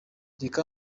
reka